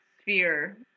sphere